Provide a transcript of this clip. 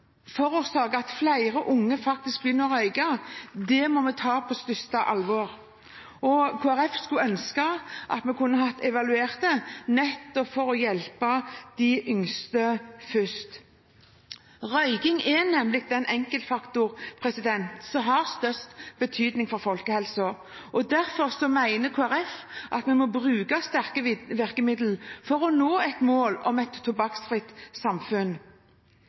at flere unge faktisk begynner å røyke, er noe vi må ta på største alvor. Kristelig Folkeparti skulle ønske at vi kunne evaluere det, nettopp for å hjelpe de yngste først. Røyking er nemlig den enkeltfaktor som har størst betydning for folkehelsen, og derfor mener Kristelig Folkeparti at vi må bruke sterke virkemidler for å nå et mål om et tobakksfritt samfunn.